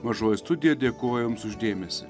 mažoji studija dėkoja jums už dėmesį